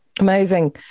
amazing